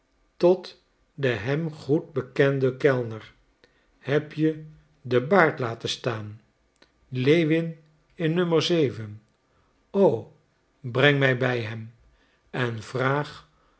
tot den hem goed bekenden kellner heb je den baard laten staan lewin in nummer zeven o breng mij bij hem en vraag